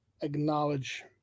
acknowledge